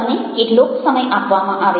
તમને કેટલોક સમય આપવામાં આવે છે